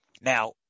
Now